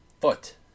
foot